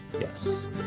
yes